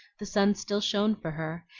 the sun still shone for her,